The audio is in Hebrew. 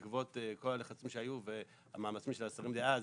בעקבות כל הלחצים שהיו והמאמצים של השרים דאז,